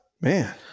Man